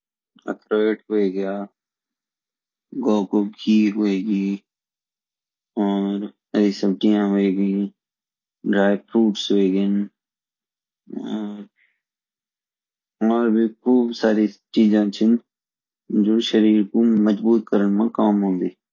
अख़रोट हुए गया गौ कु घी होये गी और हरी सब्जियाँ होये गी ड्राई फ्रूट्स हुएगिन और भी खूब सारी चीज़ां चिन जो शरीर को मजबूत करण मा काम औंदी